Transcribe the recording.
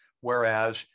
whereas